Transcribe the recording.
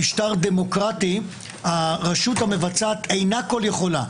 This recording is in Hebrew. במשטר דמוקרטי הרשות המבצעת אינה כל יכולה.